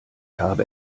habe